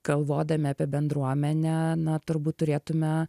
galvodami apie bendruomenę na turbūt turėtume